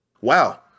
wow